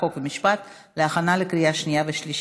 חוק ומשפט להכנה לקריאה שנייה ושלישית.